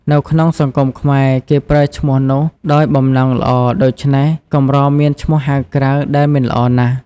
នៅក្នុងសង្គមខ្មែរ គេប្រើឈ្មោះនោះដោយបំណងល្អ ដូច្នេះ កម្រមានឈ្មោះហៅក្រៅដែលមិនល្អណាស់។